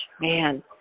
man